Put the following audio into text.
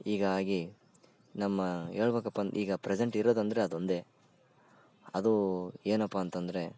ಹೀಗಾಗಿ ನಮ್ಮ ಹೇಳ್ಬೇಕಪ್ಪ ಈಗ ಪ್ರೆಸೆಂಟ್ ಇರೋದಂದ್ರೆ ಅದು ಒಂದೇ ಅದು ಏನಪ್ಪಾ ಅಂತಂದರೆ